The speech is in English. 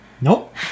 Nope